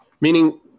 Meaning